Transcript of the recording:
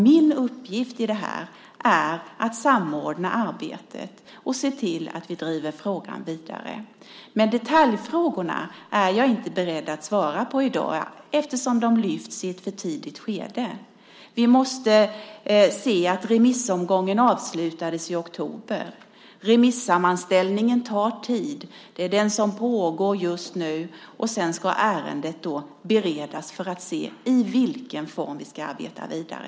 Min uppgift i detta är som sagt att samordna arbetet och se till att vi driver frågan vidare. Jag är inte beredd att svara på detaljfrågorna i dag eftersom de lyfts fram i ett för tidigt skede. Vi måste inse att remissomgången avslutades i oktober. Remissammanställningen tar tid. Det är den som pågår just nu. Sedan ska ärendet beredas för att se i vilken form vi ska arbeta vidare.